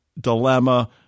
dilemma